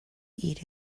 eat